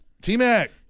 T-Mac